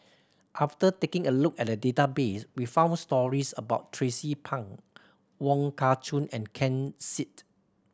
after taking a look at the database we found stories about Tracie Pang Wong Kah Chun and Ken Seet